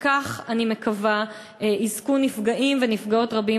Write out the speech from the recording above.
וכך אני מקווה יזכו נפגעים ונפגעות רבים